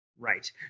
Right